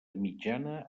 mitjana